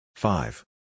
Five